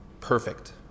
perfect